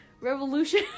Revolution